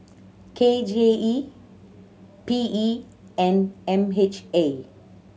K J E P E and M H A